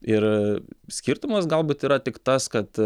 ir skirtumas galbūt yra tik tas kad